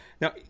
Now